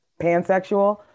Pansexual